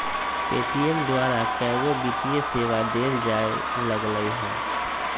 Paytm द्वारा कएगो वित्तीय सेवा देल जाय लगलई ह